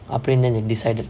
அப்புடின்டு:appudindu decided